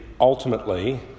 ultimately